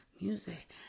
music